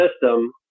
system